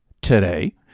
today